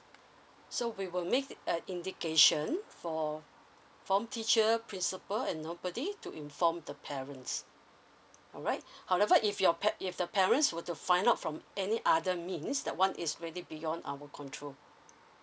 so we will make a indication for form teacher principal and nobody to inform the parents alright however if your par~ if the parents were to find out from any other means that one is really beyond our control